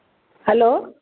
hello